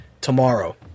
tomorrow